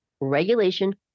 regulation